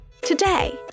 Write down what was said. Today